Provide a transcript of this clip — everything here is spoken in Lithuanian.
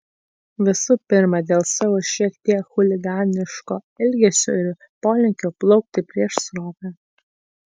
visų pirma dėl savo šiek tiek chuliganiško elgesio ir polinkio plaukti prieš srovę